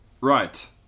right